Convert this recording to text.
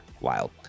wild